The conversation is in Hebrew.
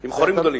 עם חורים גדולים.